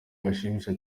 ashimisha